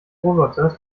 roboters